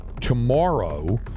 Tomorrow